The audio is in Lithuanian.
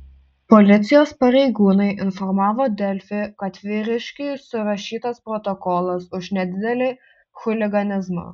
policijos pareigūnai informavo delfi kad vyriškiui surašytas protokolas už nedidelį chuliganizmą